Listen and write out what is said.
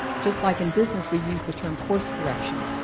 just like in business we use the term course correction,